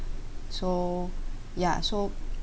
so ya so